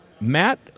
Matt